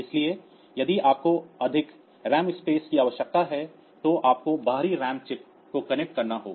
इसलिए यदि आपको अधिक रैम स्पेस की आवश्यकता है तो आपको बाहरी रैम चिप को कनेक्ट करना होगा